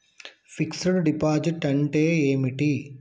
Fix డ్ deposit అంటే ఏమిటి?